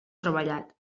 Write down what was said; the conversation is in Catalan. treballat